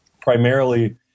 primarily